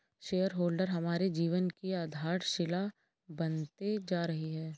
share holder हमारे जीवन की आधारशिला बनते जा रही है